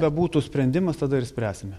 bebūtų sprendimas tada ir spręsime